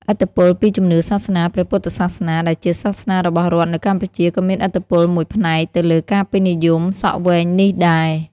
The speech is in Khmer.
ឥទ្ធិពលពីជំនឿសាសនា ព្រះពុទ្ធសាសនា ដែលជាសាសនារបស់រដ្ឋនៅកម្ពុជា ក៏មានឥទ្ធិពលមួយផ្នែកទៅលើការពេញនិយមសក់វែងនេះដែរ។